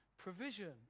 Provision